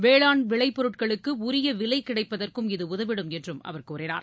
வேளாண் விளைப்பொருட்களுக்கு உரிய விலை கிடைப்பதற்கும் இது உதவிடும் என்றும் அவர் கூறினார்